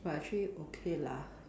but actually okay lah